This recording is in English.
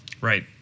Right